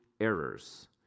errors